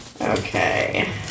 Okay